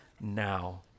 now